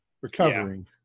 recovering